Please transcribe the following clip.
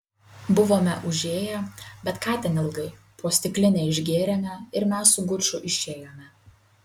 buvome užėję bet ką ten ilgai po stiklinę išgėrėme ir mes su guču išėjome